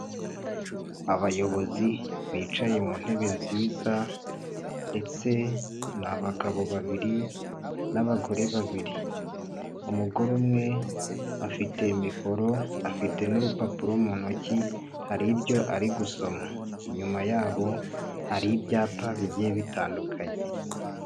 Abayobozi bicaye mu ntebe nziza ndetse ni abagabo babiri n'abagore babiri, umugore umwe afite mikoro afite n'urupapuro mu ntoki hari ibyo ari gusoma, inyuma yabo hari ibyapa bigiye bitandukanye.